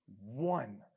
One